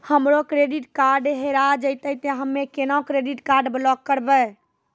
हमरो credit card हेरा जेतै ते हम्मय केना कार्ड ब्लॉक करबै?